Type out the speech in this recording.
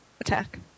attack